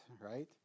right